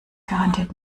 garantiert